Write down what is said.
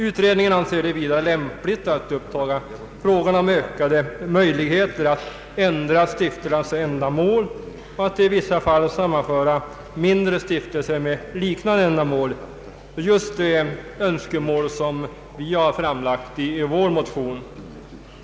Utredningen anser det vidare ”lämpligt att upptaga frågorna om ökade möjligheter att ändra stiftelsernas ändamål och att i vissa fall sammanföra mindre stiftelser med likartade ändamål”. Detta är just ett önskemål som vi har framfört i vår motion.